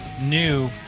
new